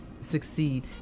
Succeed